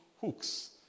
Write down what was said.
hooks